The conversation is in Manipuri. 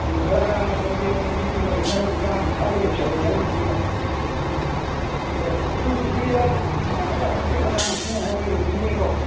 ꯑꯗꯨ ꯈꯔꯒ ꯑꯩꯈꯣꯏꯒꯤ ꯃꯤꯒ ꯏꯟꯅꯔꯗꯤ ꯆꯥꯝ ꯀꯨꯟꯊ꯭ꯔꯥꯒ ꯌꯧꯁꯤꯜꯂꯛꯏ ꯍꯥꯏ ꯉꯥꯛꯇꯪꯗ ꯑꯗꯨꯕꯨꯗꯤ ꯑꯗꯣ ꯑꯗꯣ ꯑꯗꯨꯒꯨꯕꯨꯗꯤ ꯃꯥꯟꯅ ꯌꯥꯄꯣꯠꯇꯦ ꯑꯃꯅ ꯅꯦꯁꯅꯦꯜ ꯍꯥꯏꯋꯦ ꯂꯝꯕꯤꯅꯤꯅꯀꯣ